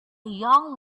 young